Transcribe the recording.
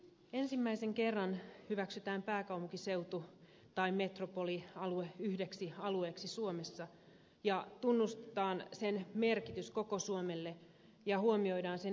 ensimmäisen kerran hyväksytään pääkaupunkiseutu tai metropolialue yhdeksi alueeksi suomessa ja tunnustetaan sen merkitys koko suomelle ja huomioidaan sen erityiskysymykset